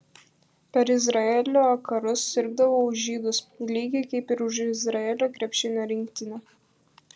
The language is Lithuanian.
per izraelio karus sirgdavau už žydus lygiai kaip ir už izraelio krepšinio rinktinę